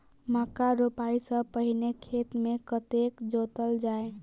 मक्का रोपाइ सँ पहिने खेत केँ कतेक जोतल जाए?